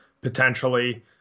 potentially